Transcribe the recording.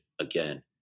again